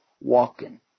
walking